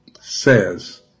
says